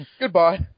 Goodbye